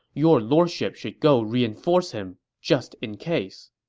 your lordship should go reinforce him, just in case.